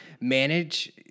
manage